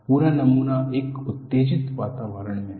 पूरा नमूना एक उत्तेजित वातावरण में है